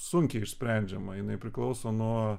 sunkiai išsprendžiama jinai priklauso nuo